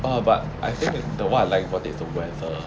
ah but I think that the what like you know need the weather